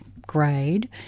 grade